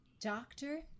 doctor